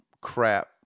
Crap